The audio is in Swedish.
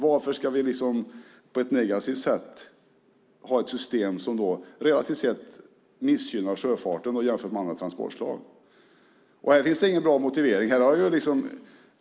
Varför ska vi ha ett system som relativt sett missgynnar sjöfarten jämfört med andra transportslag? Här finns det ingen bra motivering.